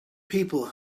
people